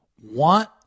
want